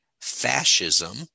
fascism